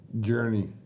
journey